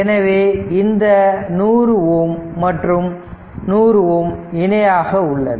எனவே இந்த 100 ஓம் மற்றும் 100 ஓம் இணையாக உள்ளது